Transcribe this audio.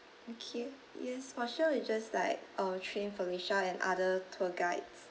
okay yes for sure we just like uh train felicia and other tour guides